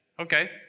Okay